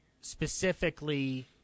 specifically